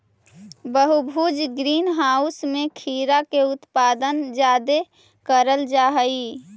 बहुभुज greenhouse में खीरा के उत्पादन जादे कयल जा हई